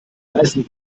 leisten